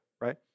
right